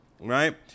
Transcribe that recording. right